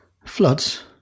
Floods